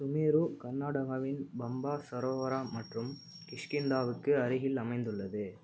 சுமேரு கர்நாடகாவின் பம்பா சரோவரா மற்றும் கிஷ்கிந்தாவுக்கு அருகில் அமைந்துள்ளது